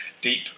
deep